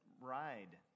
ride